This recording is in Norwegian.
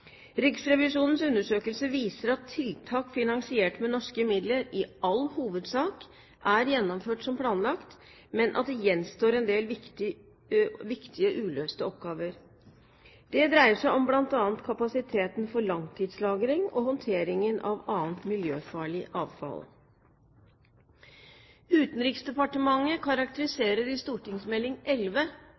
Riksrevisjonens undersøkelse viser at tiltak finansiert med norske midler i all hovedsak er gjennomført som planlagt, men at det gjenstår en del viktige uløste oppgaver. Det dreier seg bl.a. om kapasiteten for langtidslagring og håndteringen av annet miljøfarlig avfall. Utenriksdepartementet karakteriserer i